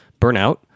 burnout